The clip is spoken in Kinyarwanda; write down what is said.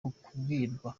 kubwirwa